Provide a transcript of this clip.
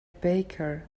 baker